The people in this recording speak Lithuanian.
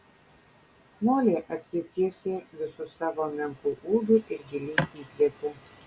molė atsitiesė visu savo menku ūgiu ir giliai įkvėpė